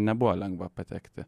nebuvo lengva patekti